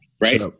right